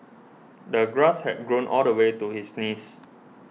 the grass had grown all the way to his knees